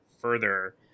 further